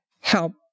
help